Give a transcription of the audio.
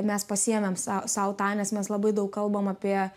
mes pasiėmėm sau tą nes mes labai daug kalbam apie